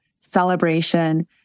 celebration